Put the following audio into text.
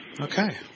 Okay